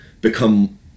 become